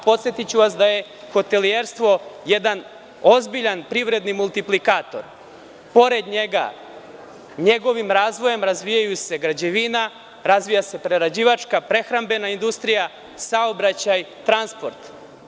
Podsetiću vas da je hotelijerstvo jedan ozbiljan privredni multiplikator, a pored njega, njegovim razvojem razvijaju se, građevina, prerađivačka i prehrambena industrija, saobraćaj, transport.